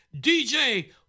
DJ